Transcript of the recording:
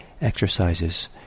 exercises